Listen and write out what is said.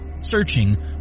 searching